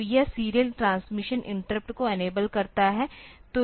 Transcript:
तो यह serial transmission interrupt को इनेबल करता है